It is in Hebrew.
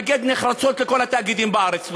לכן אני מתנגד נחרצות לכל התאגידים בארץ.